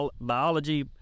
biology